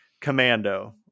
commando